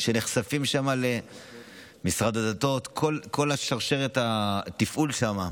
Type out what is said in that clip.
משרד הדתות, כל שרשרת התפעול שם,